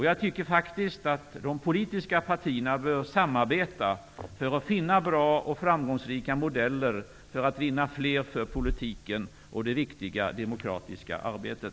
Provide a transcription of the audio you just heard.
Jag tycker faktiskt att de politiska partierna bör samarbeta för att finna bra och framgångsrika modeller för att vinna fler för politiken och det viktiga demokratiska arbetet.